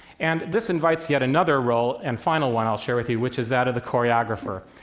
and this invites yet another role, and final one i'll share with you, which is that of the choreographer.